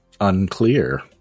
unclear